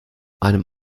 einem